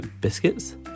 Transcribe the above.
biscuits